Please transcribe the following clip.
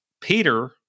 Peter